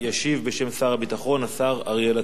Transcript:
ישיב בשם שר הביטחון, השר אריאל אטיאס.